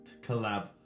collab